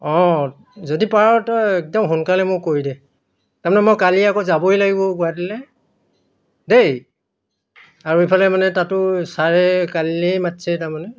অঁ যদি পাৰ' তই একদম সোনকালে মোক কৰি দে তাৰমানে মই কালি আকৌ যাবই লাগিব গুৱাহাটীলৈ দেই আৰু ইফালে মানে তাতো ছাৰে কালিলেই মাতিছে তাৰমানে